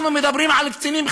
אנחנו מדברים על קצינים,